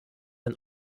ein